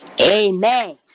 Amen